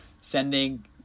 sending